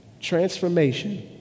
Transformation